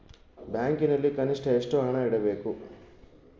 ಬ್ಯಾಂಕಿನಲ್ಲಿ ಕನಿಷ್ಟ ಎಷ್ಟು ಹಣ ಇಡಬೇಕು?